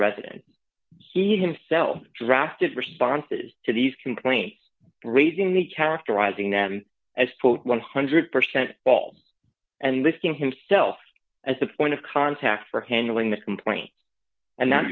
resident himself drafted responses to these complaints raising the character rising them as proof one hundred percent paul and listing himself as a point of contact for handling the complaints and